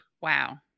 Wow